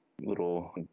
little